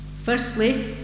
Firstly